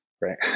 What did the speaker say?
right